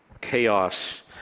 chaos